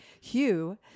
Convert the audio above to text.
Hugh